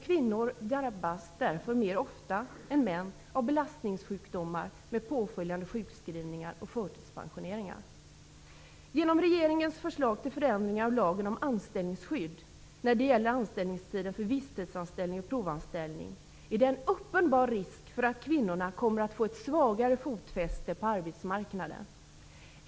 Kvinnor drabbas därför mer ofta än män av belastningssjukdomar med påföljande sjukskrivningar och förtidspensioneringar. Genom regeringens förslag till förändringar av lagen om anställningsskydd, när det gäller anställningstiden för visstidsanställning och provanställning, finns det en uppenbar risk för att kvinnorna kommer att få ett svagare fotfäste på arbetsmarknaden.